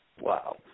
Wow